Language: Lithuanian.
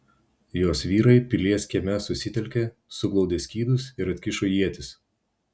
jos vyrai pilies kieme susitelkė suglaudė skydus ir atkišo ietis